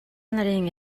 нарын